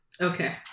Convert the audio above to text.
Okay